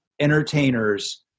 entertainers